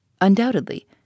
Undoubtedly